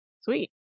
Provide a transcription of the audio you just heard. Sweet